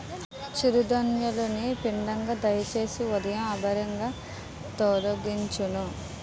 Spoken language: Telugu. చిరు ధాన్యాలు ని పిండిగా దంచేసి ఉదయం అంబలిగా తాగొచ్చును